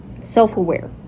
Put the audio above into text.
self-aware